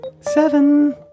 seven